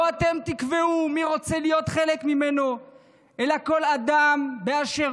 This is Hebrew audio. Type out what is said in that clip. לא אתם תקבעו מי רוצה להיות חלק ממנו אלא כל אדם באשר